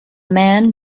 man